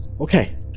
Okay